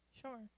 Sure